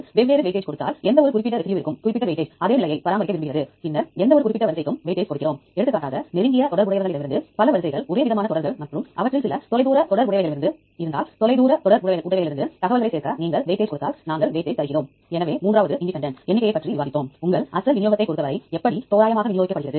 எனவே டேட்டா சமர்ப்பிப்பில் இரண்டு வகையான விருப்பங்கள் இருப்பதை நீங்கள் காணலாம் ஒன்று நியூக்ளியோடைடு வரிசை சமர்ப்பிப்பு அமைப்பு மற்றும் மற்றொன்று பெருந்திரள் அமைப்பு பின்னர் உள்ளே நியூக்ளியோடைடு சமர்ப்பிக்கும் அமைப்பு நீங்கள் உள்ளே சென்றால் ஒரு கையேடு பக்கம் இருப்பதை காணலாம்